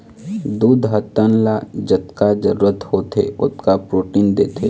दूद ह तन ल जतका जरूरत होथे ओतका प्रोटीन देथे